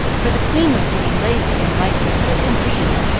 for the queen was getting lazy, and liked to sit and read,